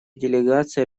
делегация